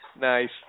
Nice